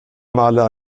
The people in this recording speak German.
maler